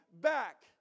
back